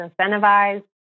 incentivized